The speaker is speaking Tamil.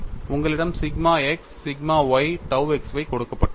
உங்களிடம் sigma x sigma y tau x y கொடுக்கப்பட்டுள்ளது